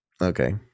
Okay